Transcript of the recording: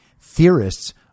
Theorists